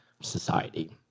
society